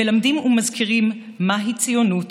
מלמדים ומזכירים מהי ציונות,